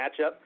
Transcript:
matchup